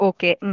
Okay